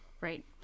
Right